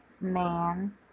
man